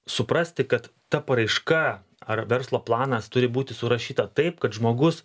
suprasti kad ta paraiška ar verslo planas turi būti surašyta taip kad žmogus